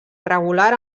irregular